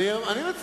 לא היה ולא קיים,